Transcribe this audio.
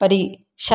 మరి